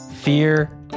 fear